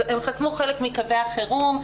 הם חסמו חלק מקווי החירום.